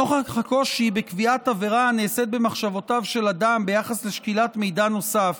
נוכח הקושי בקביעת עבירה הנעשית במחשבותיו של אדם ביחס לשקילת מידע נוסף